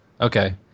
Okay